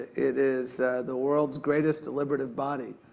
it is the world's greatest deliberative body.